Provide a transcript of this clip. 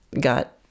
got